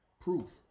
proof